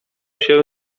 się